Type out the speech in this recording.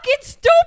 stupid